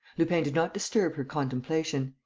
lupin did not disturb her contemplation.